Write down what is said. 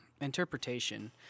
interpretation